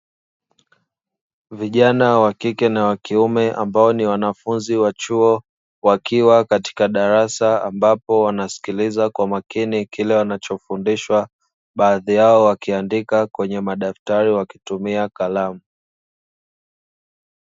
Vijana wakike na wakiume ambao ni wanafunzi wa chuo wakiwa katika darasa ambapo wanasikiliza kwa makini kile wanachofundishwa. Baadhi yao wakiandika kwenye madaftari kwa kutumia kalamu.